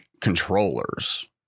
controllers